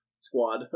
squad